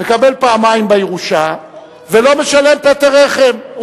מקבל פעמיים בירושה ולא משלם פטר רחם.